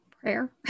Prayer